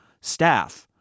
staff